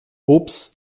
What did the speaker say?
ups